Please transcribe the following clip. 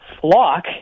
Flock